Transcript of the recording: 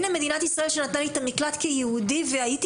הם אומרים שהנה מדינת ישראל נתנה להם את המקלט כיהודים והם היו